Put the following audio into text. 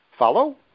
follow